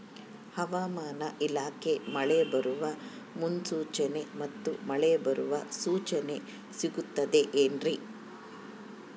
ಹವಮಾನ ಇಲಾಖೆ ಮಳೆ ಬರುವ ಮುನ್ಸೂಚನೆ ಮತ್ತು ಮಳೆ ಬರುವ ಸೂಚನೆ ಸಿಗುತ್ತದೆ ಏನ್ರಿ?